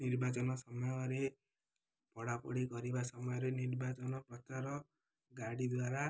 ନିର୍ବାଚନ ସମୟରେ ପଢ଼ାପଢ଼ି କରିବା ସମୟରେ ନିର୍ବାଚନ ପ୍ରଚାର ଗାଡ଼ି ଦ୍ୱାରା